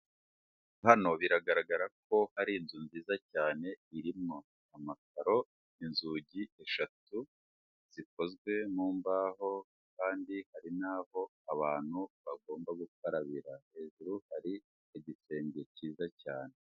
Hano biragaragara ko hari inzu nziza cyane irimo amakaro, inzugi eshatu zikozwe mu mbaho kandi hari n'aho abantu bagomba gukarabira hejuru hari igisenge cyiza cyane.